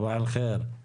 (אומר בערבית: